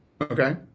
Okay